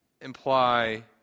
imply